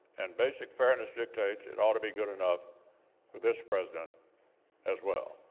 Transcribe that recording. and basic fairness dictates it ought to be good enough for this president as well.